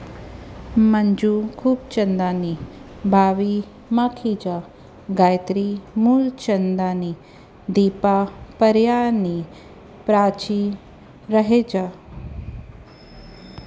मंजू ख़ूबचंदानी बावी माखीजा गायत्री मूलचंदानी दीपा परयानी प्राची रहेजा